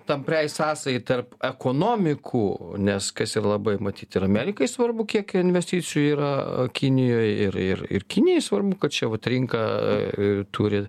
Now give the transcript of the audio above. tampriai sąsajai tarp ekonomikų nes kas labai matyt ir amerikai svarbu kiek investicijų yra kinijoj ir ir ir kinijai svarbu kad čia vat rinką turi